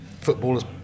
Footballers